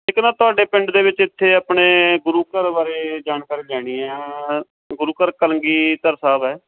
ਇੱਕ ਨਾ ਤੁਹਾਡੇ ਪਿੰਡ ਦੇ ਵਿੱਚ ਇੱਥੇ ਆਪਣੇ ਗੁਰੂ ਘਰ ਬਾਰੇ ਜਾਣਕਾਰੀ ਲੈਣੀ ਹੈ ਗੁਰੂ ਘਰ ਕਲਗੀਧਰ ਸਾਹਿਬ ਹੈ